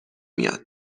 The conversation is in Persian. میاد